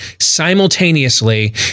simultaneously